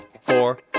four